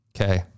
Okay